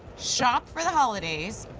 shop for the holidays,